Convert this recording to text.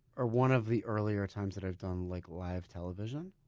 or one of the earlier times, that i've done like live television.